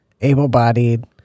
able-bodied